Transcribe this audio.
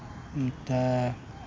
ಮತ್ತು